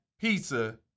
pizza